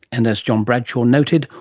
and as john bradshaw noted,